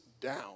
down